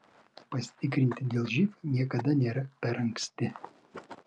pasitikrinti dėl živ niekada nėra per anksti